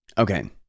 Okay